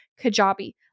Kajabi